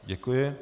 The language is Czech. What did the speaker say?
Děkuji.